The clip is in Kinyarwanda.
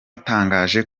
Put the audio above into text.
cyatangaje